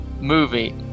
movie